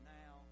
now